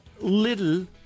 little